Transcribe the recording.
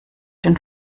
den